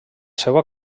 seua